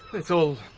it's all, ah,